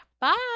bye